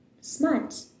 smart